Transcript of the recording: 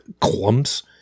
clumps